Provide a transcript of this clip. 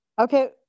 okay